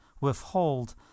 withhold